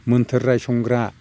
मोन्थोर रायसंग्रा